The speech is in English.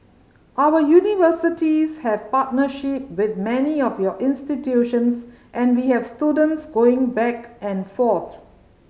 our universities have partnership with many of your institutions and we have students going back and forth